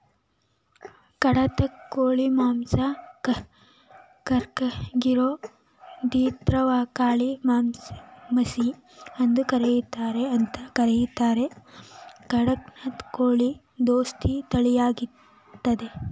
ಖಡಕ್ನಾಥ್ ಕೋಳಿ ಮಾಂಸ ಕರ್ರಗಿರೋದ್ರಿಂದಕಾಳಿಮಸಿ ಅಂತ ಕರೀತಾರೆ ಕಡಕ್ನಾಥ್ ಕೋಳಿ ದೇಸಿ ತಳಿಯಾಗಯ್ತೆ